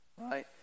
right